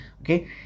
Okay